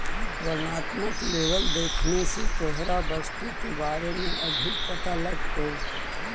वर्णात्मक लेबल देखने से तोहरा वस्तु के बारे में अधिक पता लगतो